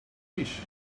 fish